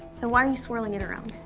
so why are you swirling it around.